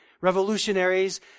Revolutionaries